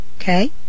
Okay